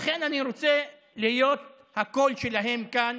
לכן אני רוצה להיות הקול שלהם כאן